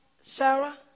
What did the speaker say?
Sarah